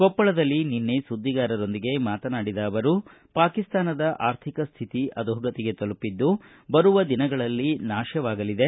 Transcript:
ಕೊಪ್ಪಳದಲ್ಲಿ ನಿನ್ನೆ ಸುದ್ದಿಗಾರರೊಂದಿಗೆ ಮಾತನಾಡಿದ ಅವರು ಪಾಕಿಸ್ತಾನದ ಆರ್ಥಿಕ ಸ್ಥಿತಿ ಅಧೋಗತಿಗೆ ತಲುಪಿದ್ದು ಬರುವ ದಿನಗಳಲ್ಲಿ ನಾಶವಾಗಲಿದೆ